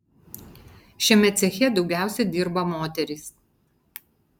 šiame ceche daugiausiai dirba moterys